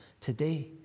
today